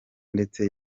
ndetse